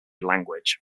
language